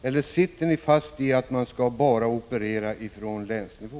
Eller sitter ni fast i att man skall operera bara från länsnivå?